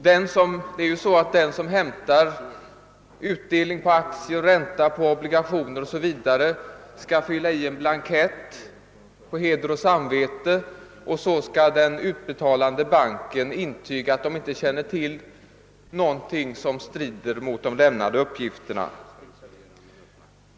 Den som i en bank hämtar ut sin utdelning på aktier eller ränta på obligationer eller liknande skall fylla i en blankett på heder och samvete, och sedan skall den utbetalande banken intyga att man inte känner till någonting som strider mot de lämnade uppgifterna.